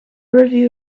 review